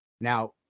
now